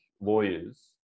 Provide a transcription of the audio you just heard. lawyers